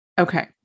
Okay